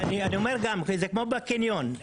זה כמו בקניון.